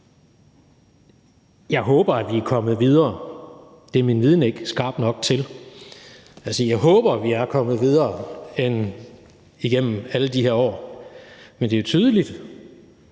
Jeg håber, at vi er kommet videre. Det er min viden ikke skarp nok til at afgøre. Altså, jeg håber, at vi er kommet videre igennem alle de her år, men det er tydeligt,